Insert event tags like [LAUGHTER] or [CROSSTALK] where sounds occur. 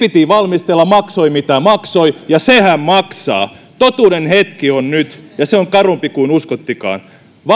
[UNINTELLIGIBLE] piti valmistella maksoi mitä maksoi ja sehän maksaa totuuden hetki on nyt ja se on karumpi kuin uskottekaan